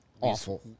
awful